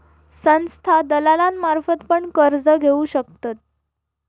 संस्था दलालांमार्फत पण कर्ज घेऊ शकतत